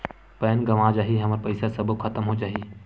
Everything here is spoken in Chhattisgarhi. पैन गंवा जाही हमर पईसा सबो खतम हो जाही?